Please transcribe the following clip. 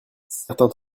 certains